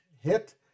hit